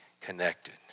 connected